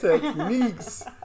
techniques